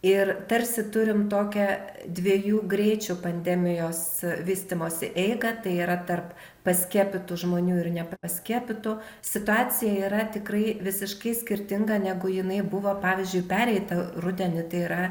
ir tarsi turim tokią dviejų greičių pandemijos vystymosi eigą tai yra tarp paskiepytų žmonių ir nepaskiepytų situacija yra tikrai visiškai skirtinga negu jinai buvo pavyzdžiui pereitą rudenį tai yra